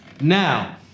Now